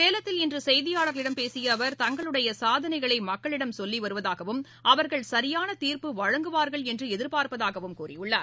சேலத்தில் இன்று செய்தியாளர்களிடம் பேசிய அவர் தங்களுடைய சாதனைகளை மக்களிடம் சொல்லி வருவதாகவும் அவர்கள் சரியான தீர்ப்பு வழங்குவார்கள் என்று எதிர்பாபர்ப்பதாகவும் கூறியுள்ளார்